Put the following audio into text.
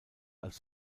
als